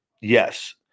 Yes